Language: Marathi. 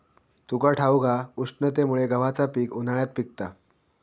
तुका ठाऊक हा, उष्णतेमुळे गव्हाचा पीक उन्हाळ्यात पिकता